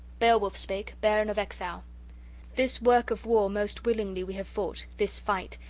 beowulf spake, bairn of ecgtheow this work of war most willingly we have fought, this fight,